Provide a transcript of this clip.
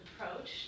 approach